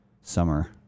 summer